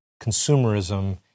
consumerism